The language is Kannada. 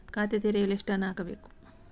ಖಾತೆ ತೆರೆಯಲು ಎಷ್ಟು ಹಣ ಹಾಕಬೇಕು?